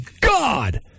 god